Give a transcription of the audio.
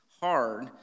hard